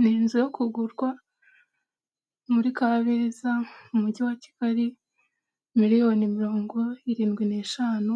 Ni inzu yo kugurwa muri Kabeza mu mujyi wa Kigali miliyoni mirongo irindwi n'eshanu